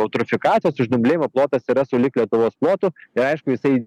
eutrofikacijos uždumblėjimo plotas yra sulig lietuvos plotu ir aišku jisai